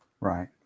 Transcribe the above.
Right